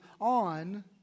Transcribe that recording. on